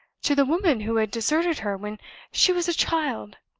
to the woman who had deserted her when she was a child?